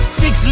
six